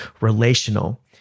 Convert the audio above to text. relational